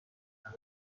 نوه